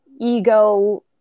ego